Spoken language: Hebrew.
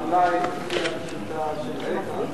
רק אולי נתחיל מהשאלה של איתן.